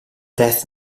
death